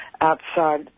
outside